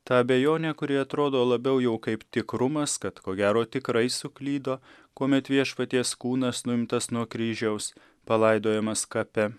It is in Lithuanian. tą abejonę kuri atrodo labiau jau kaip tikrumas kad ko gero tikrai suklydo kuomet viešpaties kūnas nuimtas nuo kryžiaus palaidojamas kape